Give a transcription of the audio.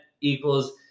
equals